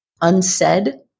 unsaid